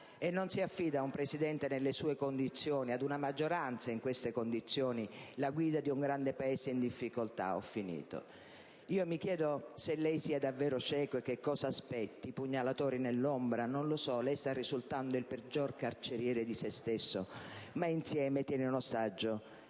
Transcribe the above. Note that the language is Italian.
Non si affida ad un Presidente nelle sue condizioni, ad una maggioranza in queste condizioni, la guida di un grande Paese in difficoltà. Mi chiedo se lei sia davvero cieco e cosa aspetti: forse i pugnalatori nell'ombra, non lo so. Lei sta risultando il peggior carceriere di se stesso, ma insieme tiene in ostaggio